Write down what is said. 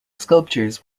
sculptures